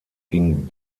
ging